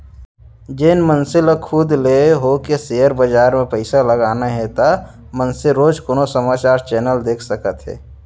जेन मनसे ल खुद ले होके सेयर बजार म पइसा लगाना हे ता मनसे रोजे कोनो समाचार चैनल देख सकत हे